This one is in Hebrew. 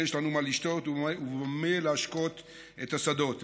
יש לנו מה לשתות ובמה להשקות את השדות.